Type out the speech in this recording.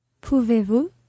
Pouvez-vous